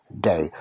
day